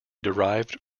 derived